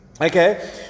okay